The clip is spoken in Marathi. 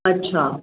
अच्छा